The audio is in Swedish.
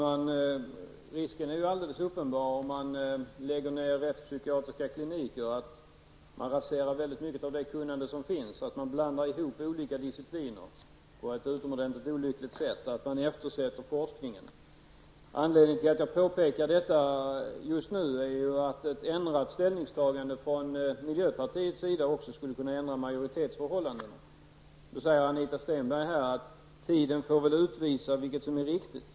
Fru talman! Om man lägger ned rättspsykiatriska kliniker är risken alldeles uppenbar att man raserar mycket av det kunnande som finns. Man blandar ihop olika discipliner på ett utomordenligt olyckligt sätt och man eftersätter forskningen. Anledningen till att jag påpekar detta just nu är att ett ändrat ställningstagande för miljöpartiet skulle kunna ändra majoritetsförhållandena. Anita Stenberg säger att tiden får utvisa vilket som är riktigt.